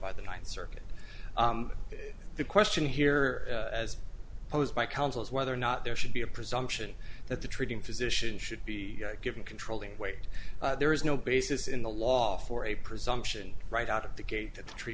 by the ninth circuit the question here as posed by counsel is whether or not there should be a presumption that the treating physician should be given controlling weight there is no basis in the law for a presumption right out of the gate at the tre